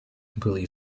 completely